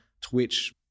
Twitch